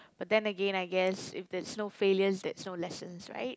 but then again I guess if there's no failures there's no lessons right